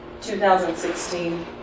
2016